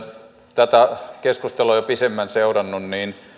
tätä keskustelua kun olen jo pidempään seurannut niin